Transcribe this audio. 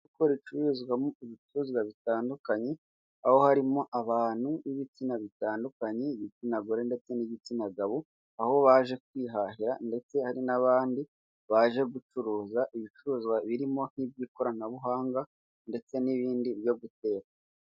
Kuko bicuruzwamo ibicuruzwa bitandukanye aho harimo abantu b'ibitsina bitandukanye, ibitsina gore ndetse n'igitsina gabo aho baje kwihahira ndetse hari n'abandi baje gucuruza ibicuruzwa birimo nk'iby'ikoranabuhanga ndetse n'ibindi byo gutera.